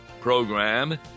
program